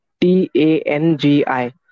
T-A-N-G-I